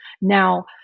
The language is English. Now